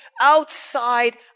outside